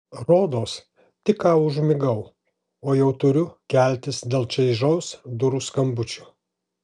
rodos tik ką užmigau o jau turiu keltis dėl čaižaus durų skambučio